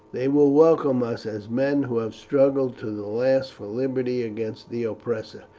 they will welcome us as men who have struggled to the last for liberty against the oppressor,